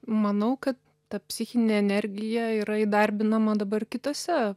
manau kad ta psichinė energija yra įdarbinama dabar kituose